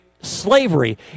slavery